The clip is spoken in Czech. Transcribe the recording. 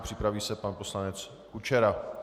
Připraví se pan poslanec Kučera.